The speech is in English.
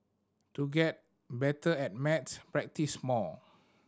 to get better at maths practise more